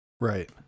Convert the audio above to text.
Right